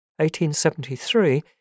1873